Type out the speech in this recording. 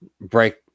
break